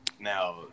now